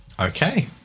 Okay